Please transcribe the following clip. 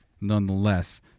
nonetheless